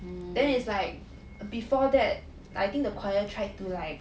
then it's like err before that I think the choir try to like